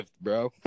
bro